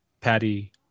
Patty